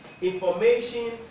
Information